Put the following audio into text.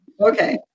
Okay